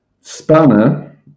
Spanner